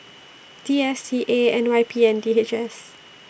D S T A N Y P and D H S